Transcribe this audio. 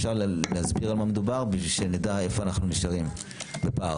אפשר להסביר במה מדובר כדי שנדע איפה אנו נשארים בפער?